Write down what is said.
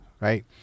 right